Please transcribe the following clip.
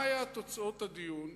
מה היו תוצאות הדיון?